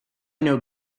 know